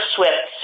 Swift